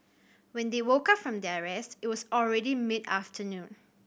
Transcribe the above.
when they woke up from their rest it was already mid afternoon